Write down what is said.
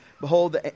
behold